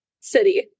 City